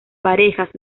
parejas